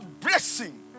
blessing